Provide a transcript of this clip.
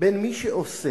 בין מי שעושה,